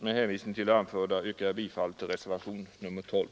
Med hänvisning till det nu anförda yrkar jag bifall till reservationen 12.